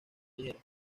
ligera